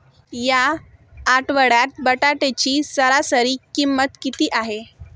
या आठवड्यात बटाट्याची सरासरी किंमत किती आहे?